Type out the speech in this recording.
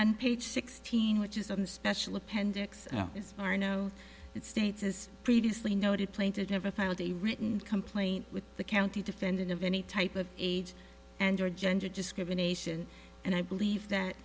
page sixteen which is a special appendix are no it states as previously noted plaited never filed a written complaint with the county defendant of any type of age and or gender discrimination and i believe that